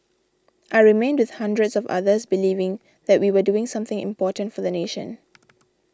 I remained with hundreds of others believing that we were doing something important for the nation